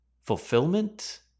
fulfillment